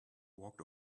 walked